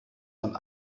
von